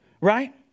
right